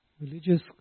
religious